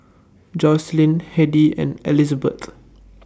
Joycelyn Hedy and Elisabeth